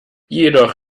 jedoch